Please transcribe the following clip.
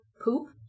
poop